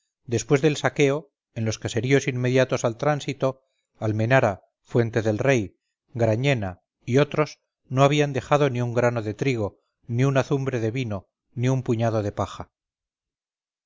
después del saqueo en los caseríos inmediatos al tránsito almenara fuente del rey grañena y otros no habían dejado ni un grano de trigo ni un azumbre de vino ni un puñado de paja